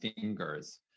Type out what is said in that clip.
fingers